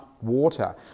water